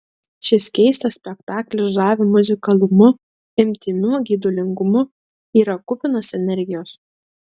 šis keistas spektaklis žavi muzikalumu intymiu geidulingumu yra kupinas energijos